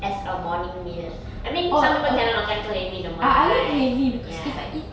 as a morning meal I mean some people cannot makan so heavy in the morning right ya